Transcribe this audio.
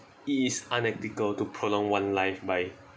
it is unethical to prolong one life by